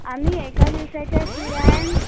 आम्ही एका दिवसाच्या किराया ना